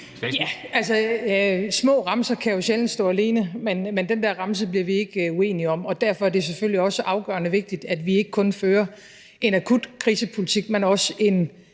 små remser kan jo sjældent stå alene, men den der remse bliver vi ikke uenige om, og derfor er det selvfølgelig også afgørende vigtigt, at vi ikke kun fører en akut krisepolitik, men også en